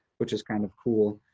which is kind of cool.